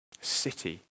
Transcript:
City